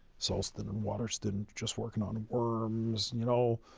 sulston and waterston just working on worms, you know.